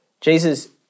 Jesus